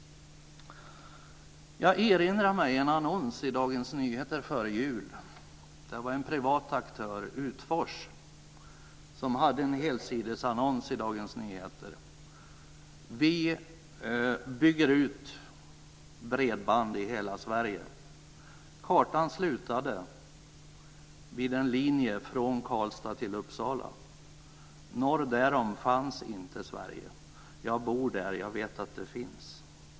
Jag erinrar mig en annons i Dagens Nyheter före jul. Det var en privat aktör, Utfors, som hade en helsidesannons. Det stod: Vi bygger ut bredband i hela Uppsala. Norr därom fanns inte Sverige. Jag bor där. Jag vet att det finns.